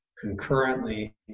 concurrently